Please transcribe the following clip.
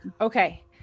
okay